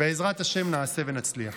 בעזרת השם, נעשה ונצליח.